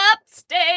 upstate